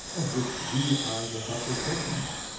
of which we are the helpless victims.